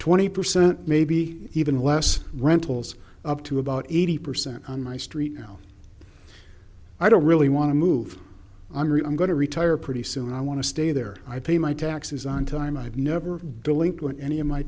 twenty percent maybe even less rentals up to about eighty percent on my street now i don't really want to move i'm worried i'm going to retire pretty soon i want to stay there i pay my taxes on time i've never delinquent any of my